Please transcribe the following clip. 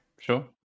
sure